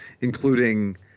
including